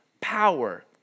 power